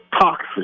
toxic